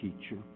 teacher